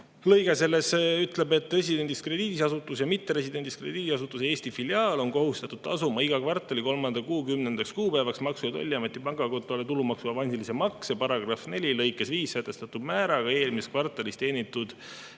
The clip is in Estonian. lõige ütleb: "Residendist krediidiasutus ja mitteresidendist krediidiasutuse Eesti filiaal on kohustatud tasuma iga kvartali kolmanda kuu 10. kuupäevaks Maksu- ja Tolliameti pangakontole tulumaksu avansilise makse § 4 lõikes 5 sätestatud määraga eelmises kvartalis teenitud